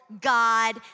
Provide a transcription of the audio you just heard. God